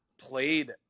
played